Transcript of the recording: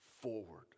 forward